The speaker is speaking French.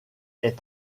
est